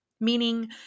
meaning